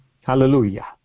Hallelujah